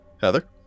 Heather